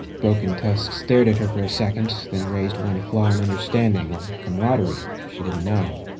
broken tusk stared at her for a second, then raised one claw-in understanding or camaraderie, she couldn't know.